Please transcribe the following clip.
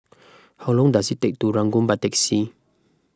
how long does it take to Ranggung by taxi